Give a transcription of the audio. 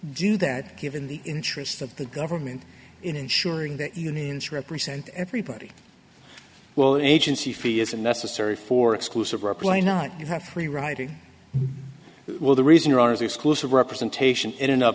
do that given the interest of the government in ensuring that unions represent everybody well an agency fee isn't necessary for exclusive reply not you have free writing well the reason are ours exclusive representation in